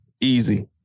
easy